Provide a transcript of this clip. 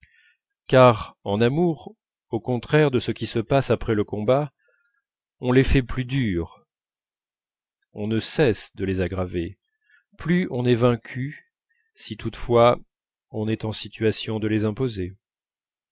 car en amour au contraire de ce qui se passe après les combats on les fait plus dures on ne cesse de les aggraver plus on est vaincu si toutefois on est en situation de les imposer